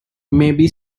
maybe